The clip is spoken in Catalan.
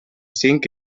cinc